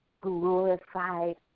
glorified